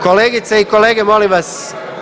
Kolegice i kolege, molim vas.